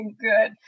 Good